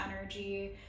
energy